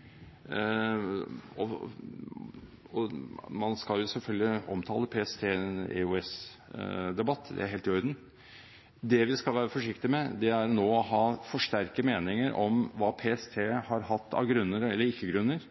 – og man kan selvfølgelig omtale PST i en EOS-debatt, det er helt i orden – vil si at det vi skal være forsiktige med, er nå å ha for sterke meninger om hva PST har hatt av grunner eller ikke grunner